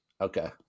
Okay